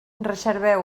reserveu